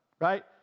right